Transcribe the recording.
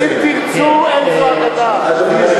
אם תרצו אין זו אגדה.